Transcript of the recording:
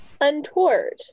untoward